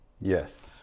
Yes